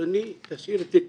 אדוני, תשאיר את זה כאן,